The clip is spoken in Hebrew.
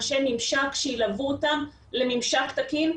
אלא אנשי ממשק שילוו אותם לממשק תקין.